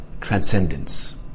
transcendence